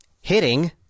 hitting